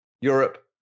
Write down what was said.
Europe